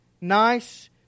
nice